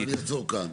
אז אני אעצור כאן.